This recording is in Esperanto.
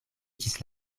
ĝis